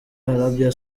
arabia